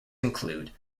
include